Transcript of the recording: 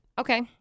Okay